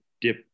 dip